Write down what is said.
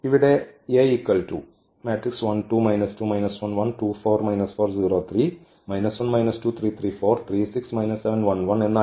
ഇവിടെ A എന്നായിരുന്നു